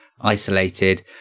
isolated